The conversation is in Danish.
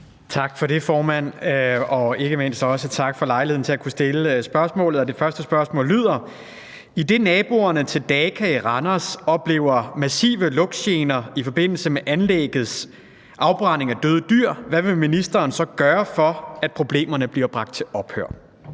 Tak for det, formand, og ikke mindst også tak for lejligheden til at kunne stille spørgsmål, og det første spørgsmål lyder: Idet naboerne til Daka i Randers oplever massive lugtgener i forbindelse med anlæggets afbrænding af døde dyr, hvad vil ministeren så gøre, for at problemerne bliver bragt til ophør?